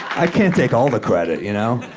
i can't take all the credit, you know?